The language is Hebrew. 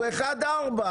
הוא אחד ארבע,